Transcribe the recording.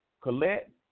Colette